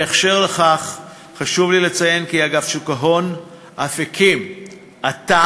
בהקשר זה חשוב לי לציין כי אגף שוק ההון אף הקים אתר,